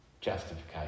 Justification